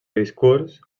discurs